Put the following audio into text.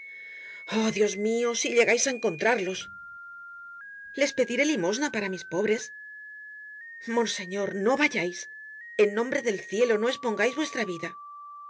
dios mio si llegais á encontrarlos les pediré limosna para mis pobres monseñor no vayais en nombre del cielo no espongais vuestra vida